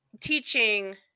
Teaching